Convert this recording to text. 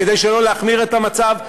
כדי שלא להחמיר את המצב,